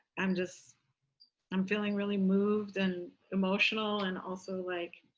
i'm just i'm feeling really moved and emotional and also, like,